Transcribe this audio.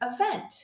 event